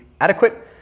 adequate